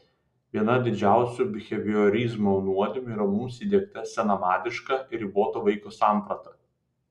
viena didžiausių biheviorizmo nuodėmių yra mums įdiegta senamadiška ir ribota vaiko samprata